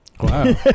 Wow